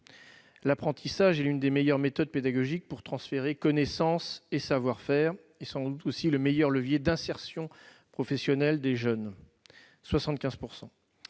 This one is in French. L'apprentissage est l'une des meilleures méthodes pédagogiques pour transférer connaissances et savoir-faire et sans doute aussi le meilleur levier d'insertion des jeunes- 75 %.